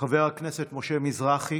מחבר הכנסת משה מזרחי.